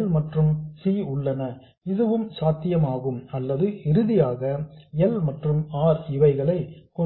L மற்றும் C உள்ளன இதுவும் சாத்தியமாகும் அல்லது இறுதியாக L மற்றும் R இவைகளை கொண்டிருக்கலாம்